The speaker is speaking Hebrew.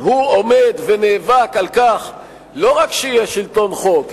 הוא עומד ונאבק לא רק על כך שיהיה שלטון חוק,